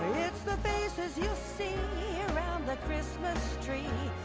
it's the faces you see round the christmas tree